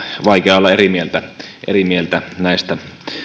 vaikeaa olla eri mieltä näistä